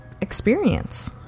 experience